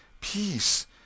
peace